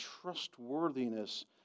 trustworthiness